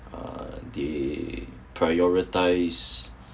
uh they prioritize